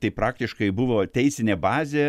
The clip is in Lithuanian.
tai praktiškai buvo teisinė bazė